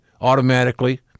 automatically